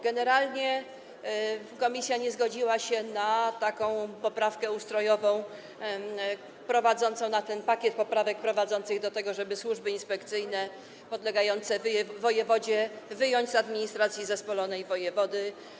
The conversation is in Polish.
Generalnie komisja nie zgodziła się na poprawkę ustrojową, na ten pakiet poprawek prowadzących do tego, żeby służby inspekcyjne podlegające wojewodzie wyjąć z administracji zespolonej wojewody.